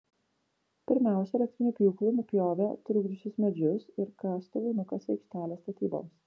pirmiausia elektriniu pjūklu nupjovė trukdžiusius medžius ir kastuvu nukasė aikštelę statyboms